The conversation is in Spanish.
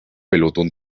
pelotón